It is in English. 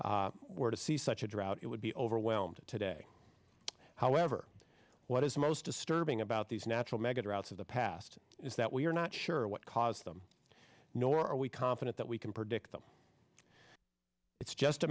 west were to see such a drought it would be overwhelmed today however what is most disturbing about these natural mega droughts of the past is that we are not sure what caused them nor are we confident that we can predict them it's just a